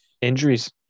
injuries